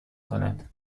کند